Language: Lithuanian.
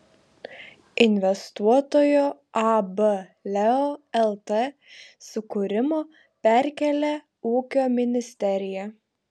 investuotojo ab leo lt sukūrimo perkėlė ūkio ministerija